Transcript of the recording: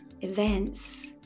events